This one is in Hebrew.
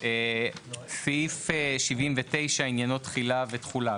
סעיף 79, עניינו תחילה ותחולה.